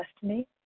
destiny